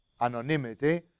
anonymity